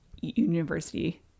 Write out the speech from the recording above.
university